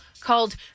called